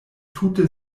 tute